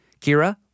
Kira